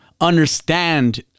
understand